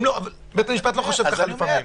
--- אבל בית המשפט לא חושב ככה לפעמים.